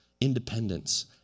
independence